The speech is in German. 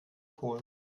polen